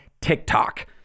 TikTok